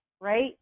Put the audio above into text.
right